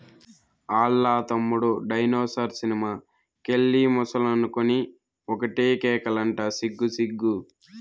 ఆల్ల తమ్ముడు dinosaur cinema కెళ్ళి ముసలనుకొని ఒకటే కేకలంట సిగ్గు సిగ్గు